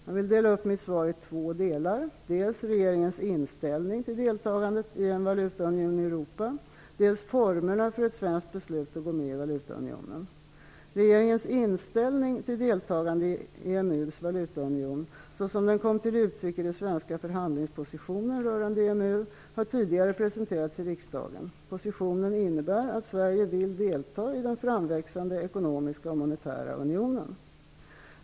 Jag vill dela upp mitt svar i två delar. Dels regeringens inställning till deltagande i en valutaunion i Europa, dels formerna för ett svenskt beslut att gå med i valutaunionen. Regeringens inställning till deltagande i EMU:s valutaunion, såsom den kom till uttryck i den svenska förhandlingspositionen rörande EMU, har tidigare presenterats i riksdagen. Positionen innebär att Sverige vill delta i den framväxande ekonomiska och monetära unionen.